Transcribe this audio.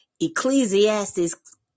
Ecclesiastes